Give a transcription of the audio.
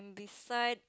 beside